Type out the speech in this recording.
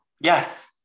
Yes